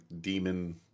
demon